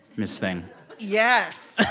miss thing yes